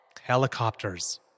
Helicopters